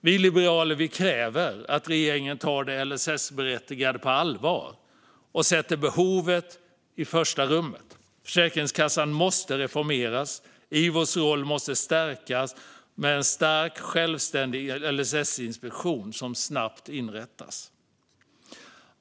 Vi liberaler kräver att regeringen tar de LSS-berättigade på allvar och sätter behovet i första rummet. Försäkringskassan måste reformeras, IVO:s roll måste stärkas och en stark, självständig LSS-inspektion måste snabbt inrättas.